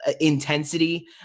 intensity